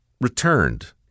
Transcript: returned